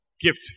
gift